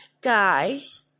guys